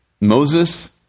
Moses